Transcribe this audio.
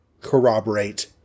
corroborate